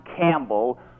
Campbell